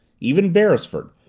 even beresford,